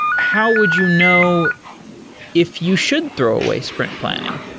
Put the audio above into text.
how would you know if you should throw away spring planning?